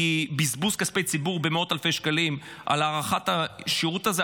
כי בזבוז כספי ציבור במאות אלפי שקלים על הארכת השהות הזו,